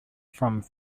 from